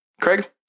Craig